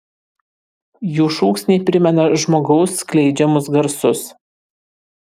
jų šūksniai primena žmogaus skleidžiamus garsus